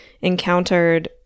encountered